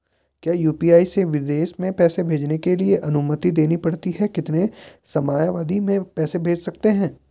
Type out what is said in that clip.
क्या यु.पी.आई से विदेश में पैसे भेजने के लिए अनुमति लेनी पड़ती है कितने समयावधि में पैसे भेज सकते हैं?